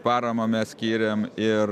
paramą mes skyrėm ir